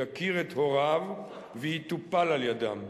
יכיר את הוריו ויטופל על-ידם.